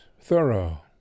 thorough